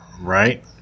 Right